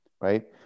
right